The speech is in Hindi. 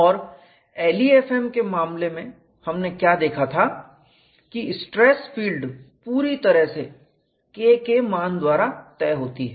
और LEFM के मामले में हमने क्या देखा था कि स्ट्रेस फील्ड पूरी तरह से K के मान द्वारा तय होती है